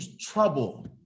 trouble